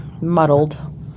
Muddled